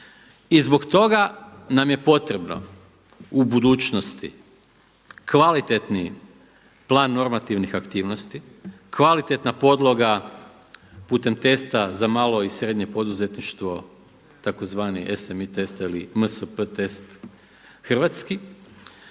I zbog toga nam je potrebno u budućnosti kvalitetni plan normativnih aktivnosti, kvalitetna podloga putem testa za malo i srednje poduzetništvo, tzv. MSPT test hrvatski,